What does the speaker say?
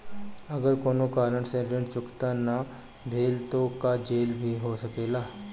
अगर कौनो कारण से ऋण चुकता न भेल तो का जेल भी हो सकेला?